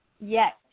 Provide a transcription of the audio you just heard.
yes